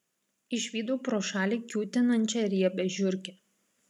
išvydau pro šalį kiūtinančią riebią žiurkę